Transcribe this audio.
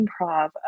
improv